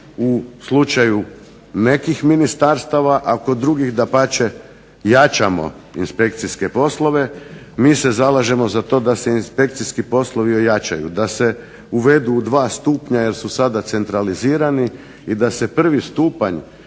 u slučaju nekih ministarstava, a kod drugih dapače jačamo inspekcijske poslove, mi se zalažemo za to da se inspekcijski poslovi ojačaju da se uvedu u dva stupnja jer su sada centralizirani i da se prvi stupanj